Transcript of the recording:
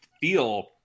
feel